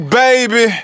baby